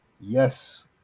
yes